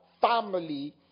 family